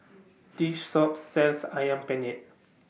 This Shop sells Ayam Penyet